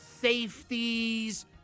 safeties